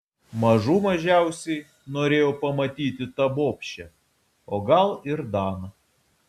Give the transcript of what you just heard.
mažų mažiausiai norėjau pamatyti tą bobšę o gal ir daną